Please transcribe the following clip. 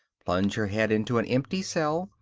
plunge her head into an empty cell,